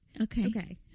Okay